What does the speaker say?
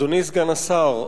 אדוני סגן השר,